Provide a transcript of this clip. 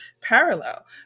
parallel